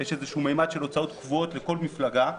יש איזשהו ממד של הוצאות קבועות לכל מפלגה,